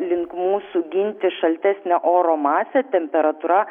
link mūsų ginti šaltesnę oro masę temperatūra